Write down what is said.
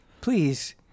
please